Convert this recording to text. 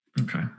Okay